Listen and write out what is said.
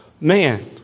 man